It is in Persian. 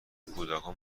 کودکان